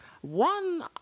One